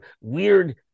weird